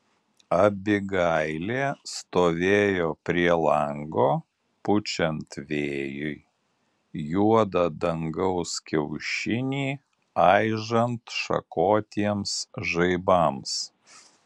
abigailė stovėjo prie lango pučiant vėjui juodą dangaus kiaušinį aižant šakotiems žaibams